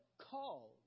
called